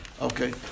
Okay